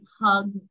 hug